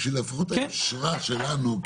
בשביל לפחות היושרה שלנו,